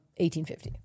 1850